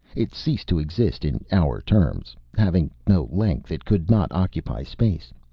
it ceased to exist in our terms. having no length it could not occupy space.